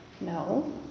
No